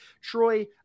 Troy